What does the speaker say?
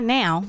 now